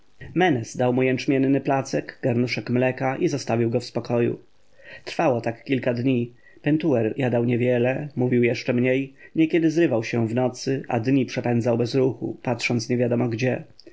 dał mu jęczmienny placek garnuszek mleka i zostawił go w spokoju trwało tak kilka dni pentuer jadał niewiele mówił jeszcze mniej niekiedy zrywał się w nocy a dni przepędzał bez ruchu patrząc niewiadomo gdzie